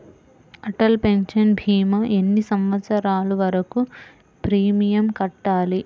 Atal pension భీమా ఎన్ని సంవత్సరాలు వరకు ప్రీమియం కట్టాలి?